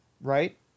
right